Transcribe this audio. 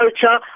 culture